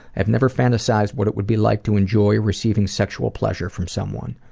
i've never fantasized what it would be like to enjoy receiving sexual pleasure from someone.